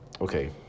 okay